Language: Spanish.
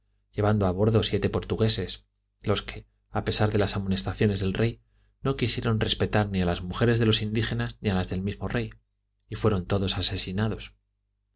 llevando a bordo siete portugueses los que a pesar de las amonestaciones del rey no quisieron respetar ni a las mujeres de los indígenas ni a las del mismo rey y fueron todos asesinados